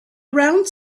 around